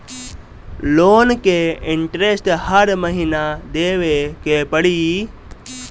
Loan के interest हर महीना देवे के पड़ी?